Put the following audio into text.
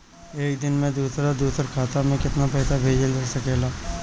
एक दिन में दूसर दूसर खाता में केतना पईसा भेजल जा सेकला?